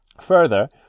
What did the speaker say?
Further